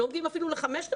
הם לא מגיעים אפילו ל-5,000.